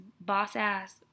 boss-ass